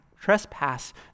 trespass